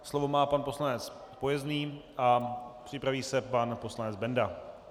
slovo má pan poslanec Pojezný a připraví se pan poslanec Benda.